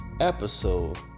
episode